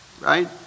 right